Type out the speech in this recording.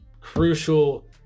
crucial